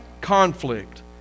conflict